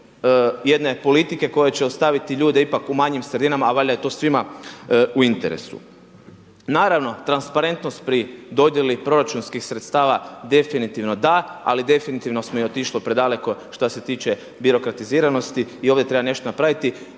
jedne politike koja će ostaviti ljude ipak u manjim sredinama, a valjda je to svima u interesu. Naravno transparentnost pri dodjeli proračunskih sredstava definitivno da, ali definitivno smo i otišli predaleko što se tiče birokratiziranosti. I ovdje treba nešto napraviti.